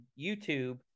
YouTube